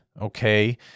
okay